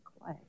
Clay